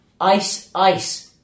ice-ice